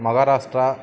Maharashtra